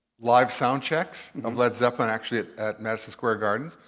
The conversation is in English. live sound checks of led zeppelin actually at at madison square garden,